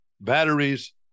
batteries